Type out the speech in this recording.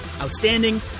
outstanding